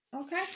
okay